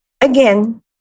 again